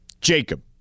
Jacob